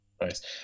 Nice